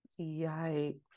Yikes